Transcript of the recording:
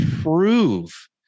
prove